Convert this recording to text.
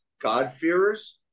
God-fearers